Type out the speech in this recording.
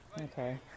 Okay